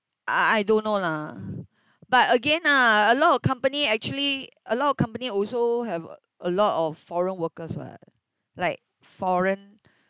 I I don't know lah but again ah a lot of company actually a lot of company also have a lot of foreign workers [what] like foreign